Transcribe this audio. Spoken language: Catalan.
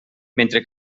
mentre